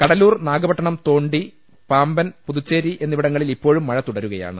കഡലൂർ നാഗപട്ടണം തോണ്ടി പാമ്പൻ പുതുച്ചേരി എന്നിവിടങ്ങളിൽ ഇപ്പോഴും മഴ തുടരുകയാണ്